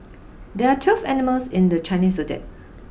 there are twelve animals in the Chinese zodiac